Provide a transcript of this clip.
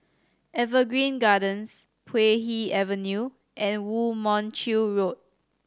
Evergreen Gardens Puay Hee Avenue and Woo Mon Chew Road